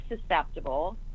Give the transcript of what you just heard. susceptible